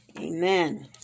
Amen